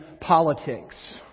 politics